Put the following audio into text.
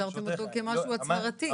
השארתם אותו כמשהו הצהרתי.